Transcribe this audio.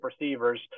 receivers